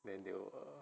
then they will err